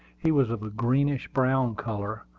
he was of a greenish-brown color,